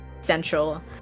central